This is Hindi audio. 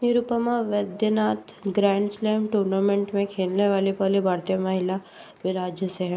Nirupama Vaidyanath grand slam tournament में खेलने वाली पहली भारतीय महिला किस राज्य से है